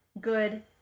good